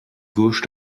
gauche